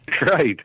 Right